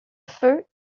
feu